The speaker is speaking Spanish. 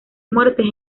muertes